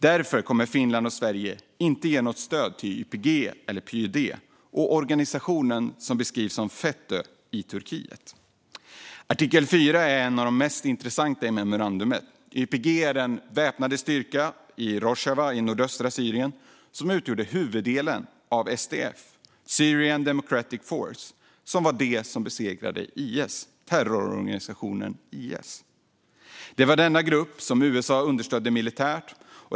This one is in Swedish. Därför kommer Finland och Sverige inte att ge något stöd till YPG, PYD eller organisationen som beskrivs som FETÖ i Turkiet. Artikel 4 är en av de mest intressanta i memorandumet. YPG är den väpnade styrkan i Rojava i nordöstra Syrien som utgjorde huvuddelen av SDF, Syrian Democratic Force, som var de som besegrade terrororganisationen IS. Det var denna grupp som USA understödde militärt.